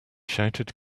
shouted